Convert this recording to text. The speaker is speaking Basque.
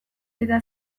eta